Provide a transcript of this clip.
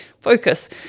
focus